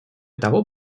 того